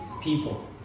people